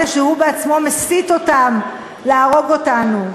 אלה שהוא בעצמו מסית אותם להרוג אותנו.